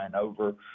over